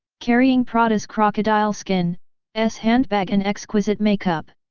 carrying prada's crocodile skin s handbag and exquisite makeup,